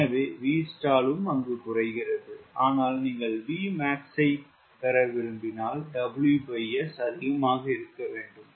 எனவே Vstall குறைக்கிறது ஆனால் நீங்கள் Vmax ஐ விரும்பினால் WS அதிகமாக இருக்க வேண்டும்